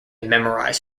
memorize